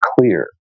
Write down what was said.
clear